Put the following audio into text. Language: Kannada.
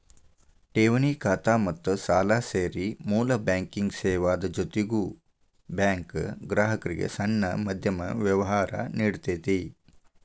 ಠೆವಣಿ ಖಾತಾ ಮತ್ತ ಸಾಲಾ ಸೇರಿ ಮೂಲ ಬ್ಯಾಂಕಿಂಗ್ ಸೇವಾದ್ ಜೊತಿಗೆ ಬ್ಯಾಂಕು ಗ್ರಾಹಕ್ರಿಗೆ ಸಣ್ಣ ಮಧ್ಯಮ ವ್ಯವ್ಹಾರಾ ನೇಡ್ತತಿ